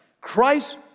Christ